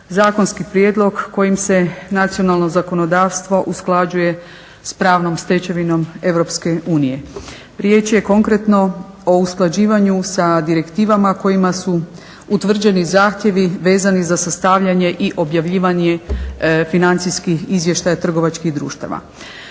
zakonski prijedlog kojim se nacionalno zakonodavstvo usklađuje s pravnom stečevinom EU. Riječ je konkretno o usklađivanju sa direktivama kojima su utvrđeni zahtjevi vezani za sastavljanje i objavljivanje financijskih izvještaja trgovačkih društava.